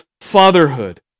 fatherhood